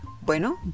Bueno